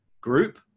group